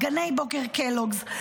דגני בוקר קלוגס,